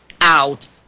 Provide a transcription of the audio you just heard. out